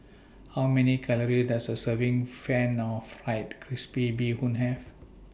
How Many Calories Does A Serving of Pan Fried Crispy Bee Hoon Have